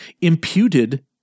imputed